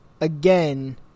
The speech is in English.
Again